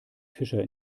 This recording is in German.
fischer